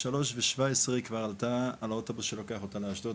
ב-15:17 היא כבר עלתה על האוטובוס שלוקח אותה לאשדוד,